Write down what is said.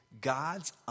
God's